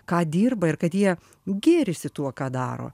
ką dirba ir kad jie gėrisi tuo ką daro